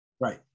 Right